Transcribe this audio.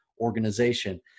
organization